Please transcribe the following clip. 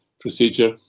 procedure